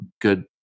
good